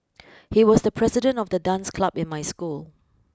he was the president of the dance club in my school